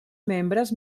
membres